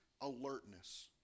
alertness